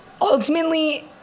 ultimately